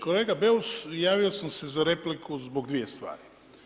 Kolega Beus javio sam se za repliku zbog dvije stvari.